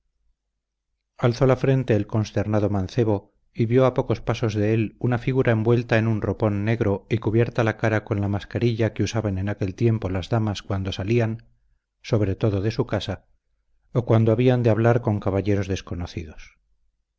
alzó la frente el consternado mancebo y vio a pocos pasos de él una figura envuelta en un ropón negro y cubierta la cara con la mascarilla que usaban en aquel tiempo las damas cuando salían sobre todo de su casa o cuando habían de hablar con caballeros desconocidos